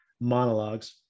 monologues